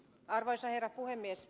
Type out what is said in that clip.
arvoisa herra puhemies